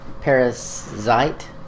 Parasite